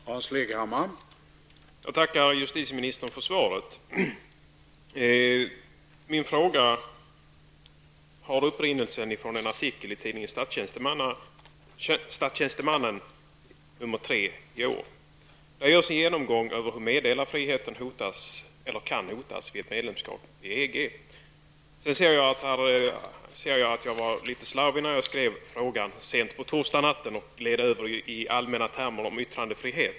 Herr talman! Jag tackar justitieministern för svaret. Min fråga har upprinnelse i en artikel i tidningen Statstjänstemannen, nr 3 i år. Där görs en genomgång av hur meddelarfriheten kan hotas vid ett medlemskap i EG. Jag ser att jag var litet slarvig när jag skrev frågan sent på torsdagnatten och gled över i allmänna termer om yttrandefrihet.